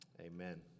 Amen